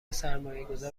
سرمایهگذار